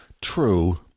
True